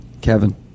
kevin